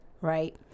right